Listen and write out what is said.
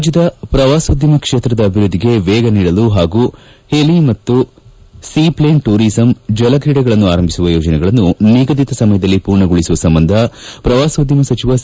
ರಾಜ್ಯದ ಪ್ರವಾಸೋದ್ಯಮ ಕ್ಷೇತ್ರದ ಅಭಿವೃದ್ಧಿಗೆ ವೇಗ ನೀಡಲು ಹಾಗೂ ಹೆಲಿ ಮತ್ತು ಸೀ ಫ್ಲೇನ್ ಟೂರಿಸಂ ಜಲ ಕ್ರೀಡೆಗಳನ್ನು ಆರಂಭಿಸುವ ಯೋಜನೆಗಳನ್ನು ನಿಗಧಿತ ಸಮಯದಲ್ಲಿ ಪೂರ್ಣಗೊಳಿಸುವ ಸಂಬಂಧ ಪ್ರವಾಸೋದ್ಯಮ ಸಚಿವ ಸಿ